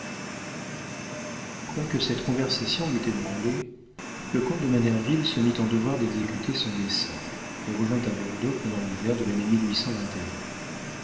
quoique cette conversation l'eût ébranlé le comte de manerville se mit en devoir d'exécuter son dessein et revint à bordeaux pendant l'hiver de l'année